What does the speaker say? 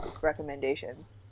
recommendations